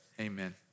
Amen